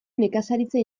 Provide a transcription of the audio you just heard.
nekazaritza